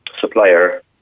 supplier